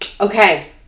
Okay